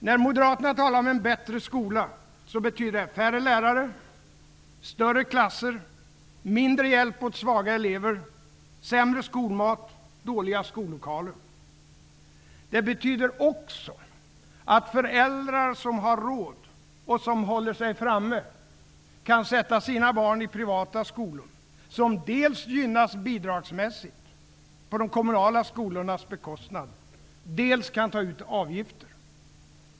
När moderater talar om en bättre skola betyder det: färre lärare, större klasser, mindre hjälp åt svaga elever, sämre skolmat, dåliga skollokaler. Det betyder också att föräldrar som har råd, och som håller sig framme, kan sätta sina barn i privata skolor, som dels gynnas bidragsmässigt på de kommunala skolornas bekostnad, dels kan ta ut avgifter.